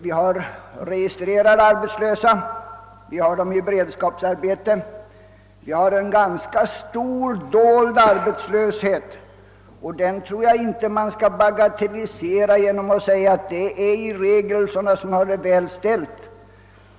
Vi har registrerade arbetslösa — vi har dem i beredskapsarbete och vi har en ganska stor dold arbetslöshet. Den tror jag inte man skall bagatellisera genom att säga att den i regel gäller sådana som har det väl ställt.